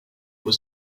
was